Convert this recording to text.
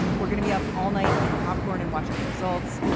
we're gonna be up all night eating popcorn and watching the results.